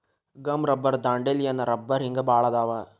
gum rubber dandelion rubber ಹಿಂಗ ಬಾಳ ಅದಾವ